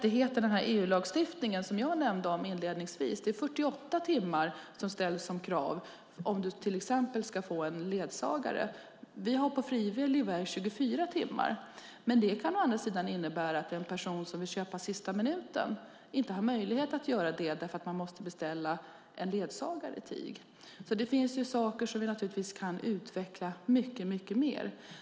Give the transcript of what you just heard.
I EU-lagstiftningen, som jag nämnde inledningsvis, är det 48 timmars resa som ställs som krav för att du ska få en ledsagare. Vi har på frivillig väg valt 24 timmar. Men det kan å andra sidan innebära att en person som vill köpa en sistaminutenbiljett inte har möjlighet att göra det därför att man måste beställa en ledsagare i tid. Det finns naturligtvis saker som vi kan utveckla mycket mer.